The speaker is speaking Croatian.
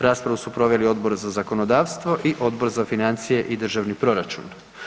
Raspravu su proveli Odbor za zakonodavstvo i Odbor za financije i državni proračun.